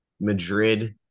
Madrid